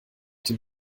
den